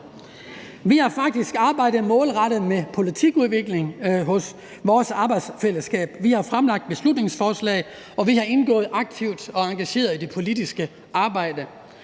Vi har faktisk arbejdet målrettet med politikudvikling i vores arbejdsfællesskab. Vi har fremsat beslutningsforslag, og vi har indgået aktivt og engageret i det politiske arbejde.